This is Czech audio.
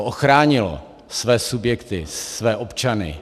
Ochránilo své subjekty, své občany.